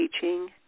teaching